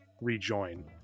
rejoin